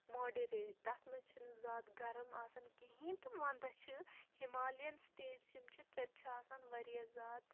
moderate تَتھ منٛز چھِنہٕ زیادٕ گرم آسان کِہیٖنٛۍ تہٕ وَنٛدَس چھِ ہِمالِین سِٹیٹٕس یِم چھِ تَتہِ چھِ آسان واریاہ زیادٕ